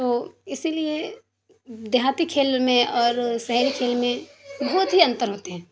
تو اسی لیے دیہاتی کھیل میں اور شہری کھیل میں بہت ہی انتر ہوتے ہیں